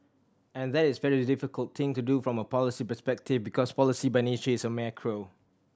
and that is a very difficult thing to do from a policy perspective because policy by nature is macro